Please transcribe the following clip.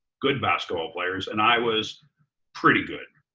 good basketball players. and i was pretty good.